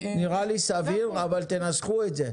נראה לי סביר, אבל תנסחו את זה.